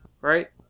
right